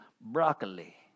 broccoli